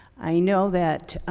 i know that